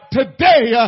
today